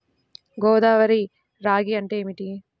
గోదావరి రాగి అంటే ఏమిటి?